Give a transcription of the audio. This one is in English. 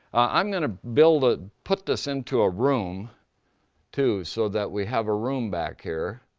i'm gonna build a, put this into a room too so that we have a room back here.